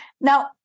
Now